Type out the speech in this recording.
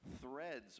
threads